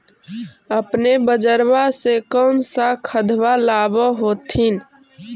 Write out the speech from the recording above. अपने बजरबा से कौन सा खदबा लाब होत्थिन?